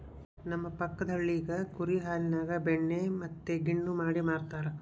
ನಮ್ಮ ಪಕ್ಕದಳ್ಳಿಗ ಕುರಿ ಹಾಲಿನ್ಯಾಗ ಬೆಣ್ಣೆ ಮತ್ತೆ ಗಿಣ್ಣು ಮಾಡಿ ಮಾರ್ತರಾ